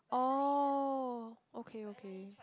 oh okay okay